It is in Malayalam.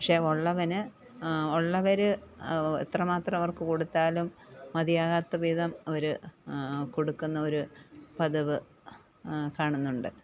പക്ഷെ ഉള്ളവന് ഉള്ളവർ എത്രമാത്റം അവർക്ക് കൊടുത്താലും മതിയാകാത്ത വിധം അവർ കൊടുക്കുന്ന ഒരു പതിവ് കാണുന്നുണ്ട്